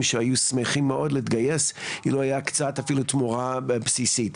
שהיו שמחים מאוד להתגייס אילו היתה תמורה בסיסית.